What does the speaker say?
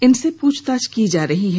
इनसे पुछताछ की जा रही है